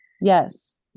Yes